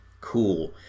cool